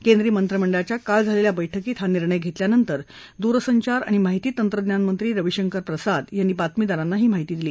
केंद्रीय मंत्रिमंडळाच्या आज झालेल्या बैठकीत हा निर्णय घेतल्यानंतर दूरसंचार आणि माहिती तंत्रज्ञान मंत्री रविशंकर प्रसाद यांनी आज बातमीदारांना ही माहिती दिली